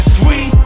Three